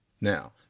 now